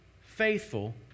faithful